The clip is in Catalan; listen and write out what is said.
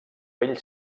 bell